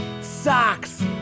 Socks